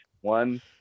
one